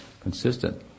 consistent